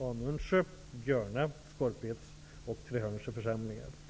Anundsjö, Björna, Skorpeds och Trehörningsjö församlingar.